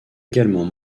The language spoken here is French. également